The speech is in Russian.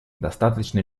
достаточно